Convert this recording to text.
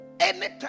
Anytime